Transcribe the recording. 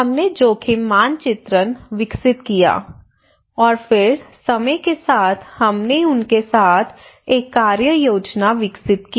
हमने जोखिम मानचित्रण विकसित किया और फिर समय के साथ हमने उनके साथ एक कार्य योजना विकसित की